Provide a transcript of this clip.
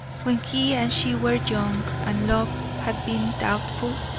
when he and she were young and love had been doubtful?